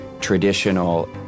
traditional